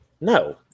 No